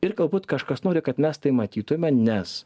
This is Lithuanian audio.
ir galbūt kažkas nori kad mes tai matytume nes